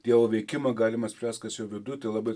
dievo veikimą galima spręsti kas jo viduj tai labai